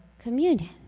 communion